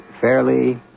fairly